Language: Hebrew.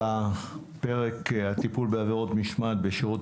על הפרק: הטיפול בעבירות משמעת בשירות